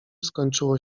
skończyło